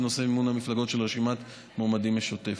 בנושא מימון המפלגות של רשימת מועמדים משותפת.